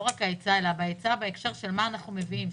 לא רק ההיצע אלא ההיצע בהקשר של מה אנחנו מביאים.